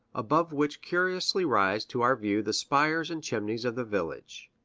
above which curiously rise to our view the spires and chimneys of the village.